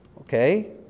Okay